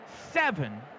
seven